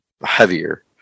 heavier